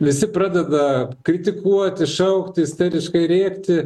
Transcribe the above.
visi pradeda kritikuoti šaukti isteriškai rėkti